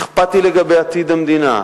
אכפתי לגבי עתיד המדינה,